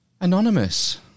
Anonymous